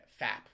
Fap